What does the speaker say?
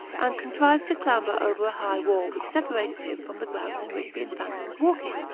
and contrived to clamber over a high wall which separated him from the grounds in which the infanta was walking,